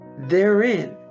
Therein